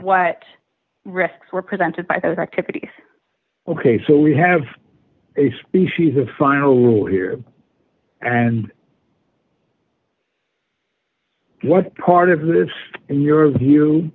what risks were presented by those activities ok so we have a species of final rule here and what part of live in your view